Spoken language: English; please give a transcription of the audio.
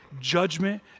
judgment